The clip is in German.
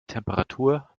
temperatur